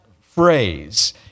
phrase